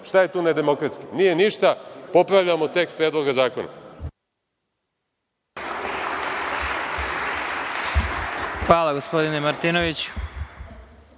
šta je tu nedemokratski? Nije ništa. Popravljamo tekst predloga zakona. **Vladimir Marinković**